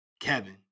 Kevin